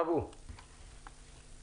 אבו, בבקשה.